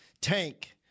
Tank